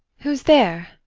who's there?